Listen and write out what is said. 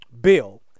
bill